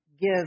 give